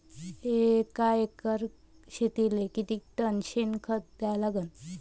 एका एकर शेतीले किती टन शेन खत द्या लागन?